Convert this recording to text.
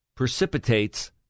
precipitates